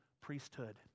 priesthood